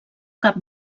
cap